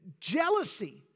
jealousy